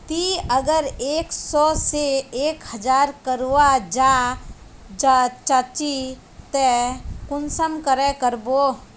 ती अगर एक सो से एक हजार करवा चाँ चची ते कुंसम करे करबो?